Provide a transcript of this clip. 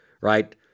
right